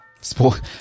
Sport